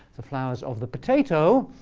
the flowers of the potato.